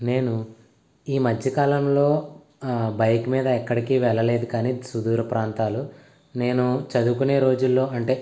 నేను ఈ మధ్యకాలంలో బైక్ మీద ఎక్కడికీ వెళ్ళలేదు కానీ సుదూర ప్రాంతాలు నేను చదువుకునే రోజుల్లో అంటే